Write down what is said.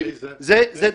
איזה?